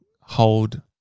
hold